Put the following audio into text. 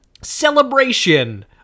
celebration